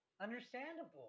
Understandable